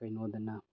ꯀꯩꯅꯣꯗꯅ